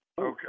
Okay